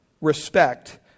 respect